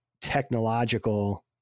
technological